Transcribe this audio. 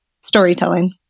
storytelling